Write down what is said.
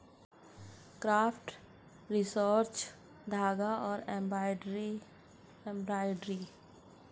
craft resources धागा और embroidery floss भी बेचता है